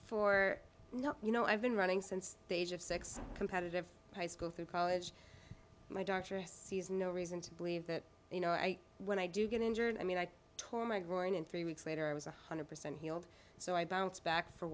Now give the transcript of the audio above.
for you know i've been running since the age of six competitive high school through college my doctor sees no reason to believe that you know when i do get injured i mean i tore my groin in three weeks later i was one hundred percent healed so i bounce back for